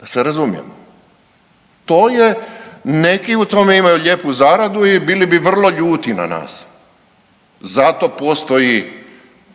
da se razumijemo. To je, neki u tome imaju lijepu zaradu i bili bi vrlo ljuti na nas. Zato postoji